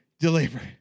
Deliver